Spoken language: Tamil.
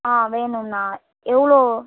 ஆ வேணும்ண்ணா எவ்வளோ